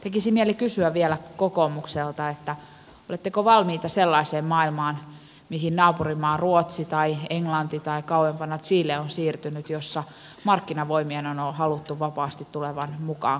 tekisi mieli kysyä vielä kokoomukselta oletteko valmiita sellaiseen maailmaan mihin naapurimaa ruotsi tai englanti tai kauempana chile on siirtynyt eli missä markkinavoimien on haluttu vapaasti tulevan mukaan koulutuksen kentälle